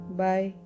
bye